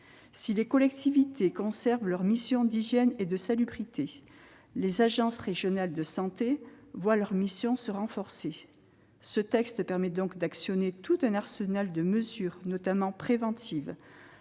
Si les collectivités territoriales conservent leurs missions d'hygiène et de salubrité, les agences régionales de santé voient leurs missions se renforcer. Ce texte permet donc d'actionner tout un arsenal de mesures, notamment préventives,